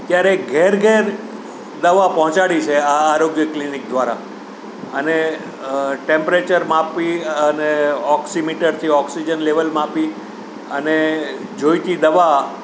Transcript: ક્યારેક ઘરે ઘરે દવા પહોંચાડી છે આ આરોગ્ય ક્લિનિક દ્વારા અને ટેમ્પરેચર માપી અને ઓક્સિમીટરથી ઑક્સીજન લેવલ માપી અને જોઈતી દવા